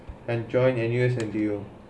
and join N_U_S N_T_U